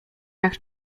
jak